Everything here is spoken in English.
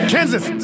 Kansas